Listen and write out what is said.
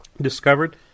discovered